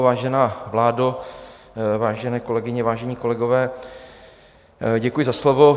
Vážená vládo, vážené kolegyně, vážení kolegové, děkuji za slovo.